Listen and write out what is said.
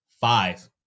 Five